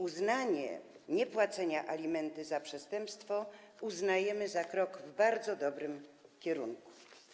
Uznanie niepłacenia alimentów za przestępstwo uznajemy za krok w bardzo dobrym kierunku.